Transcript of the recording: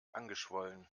angeschwollen